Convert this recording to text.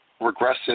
Regressive